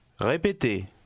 Répétez